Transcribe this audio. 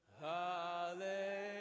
Hallelujah